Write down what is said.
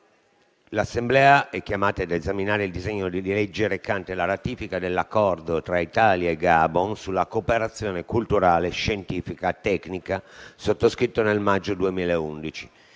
L'Assemblea è infatti chiamata a esaminare il disegno di legge recante la ratifica dell'Accordo tra Italia e Gabon sulla cooperazione culturale, scientifica e tecnica, sottoscritto nel maggio 2011.